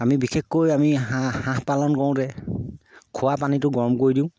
আমি বিশেষকৈ আমি হাঁহ পালন কৰোঁতে খোৱা পানীটো গৰম কৰি দিওঁ